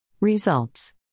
Results